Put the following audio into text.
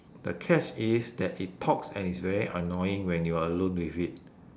the catch is that it talks and is very annoying when you are alone with it